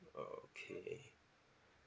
okay